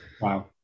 wow